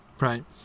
right